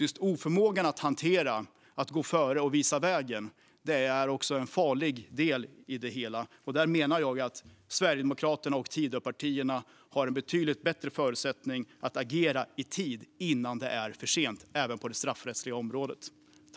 Just oförmågan att hantera det här genom att gå före och visa vägen är en farlig del i det hela. Jag menar att Sverigedemokraterna och Tidöpartierna har betydligt bättre förutsättningar att agera innan det är för sent, även på det straffrättsliga området.